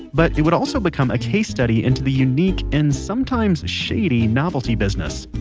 but it would also become a case study into the unique and sometimes shady novelty business.